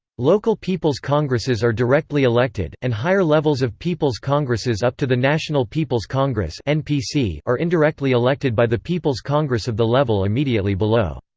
local people's congresses are directly elected, and higher levels of people's congresses up to the national people's congress and are indirectly elected by the people's congress of the level immediately below.